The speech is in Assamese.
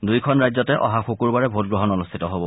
দুয়োখন ৰাজ্যতে অহা শুকূৰবাৰে ভোটগ্ৰহণ অনুষ্ঠিত হ'ব